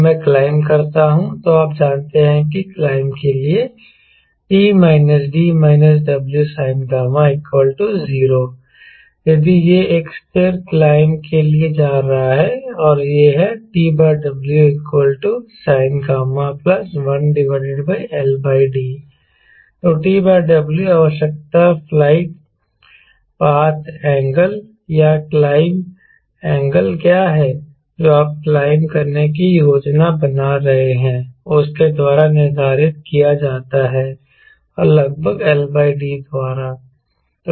जब मैं क्लाइंब कहता हूं तो आप जानते हैं कि क्लाइंब के लिए T − D − Wsinγ 0 यदि यह एक स्थिर क्लाइंब के लिए जा रहा है और यह है TW sinγ 1LD तो TW आवश्यकता फ्लाइट पाथ एंगल या क्लाइंब एंगल क्या है जो आप क्लाइंब करने की योजना बना रहा है उसके द्वारा निर्धारित किया जाता है और लगभग LD द्वारा